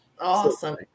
Awesome